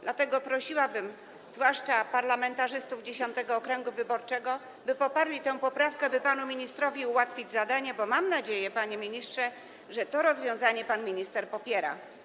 Dlatego prosiłabym, zwłaszcza parlamentarzystów 10. okręgu wyborczego, by poparli tę poprawkę, by panu ministrowi ułatwić zadanie, bo mam nadzieję, panie ministrze, że to rozwiązanie pan minister popiera.